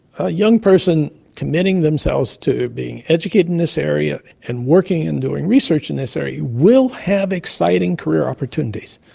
a young person committing themselves to being educated in this area and working and doing research in this area, you will have exciting career opportunities.